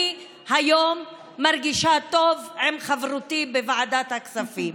אני היום מרגישה טוב עם חברותי בוועדת הכספים.